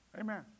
Amen